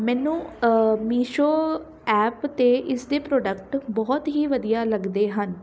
ਮੈਨੂੰ ਮੀਸ਼ੋ ਐਪ ਅਤੇ ਇਸ ਦੇ ਪ੍ਰੋਡਕਟ ਬਹੁਤ ਹੀ ਵਧੀਆ ਲੱਗਦੇ ਹਨ